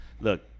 Look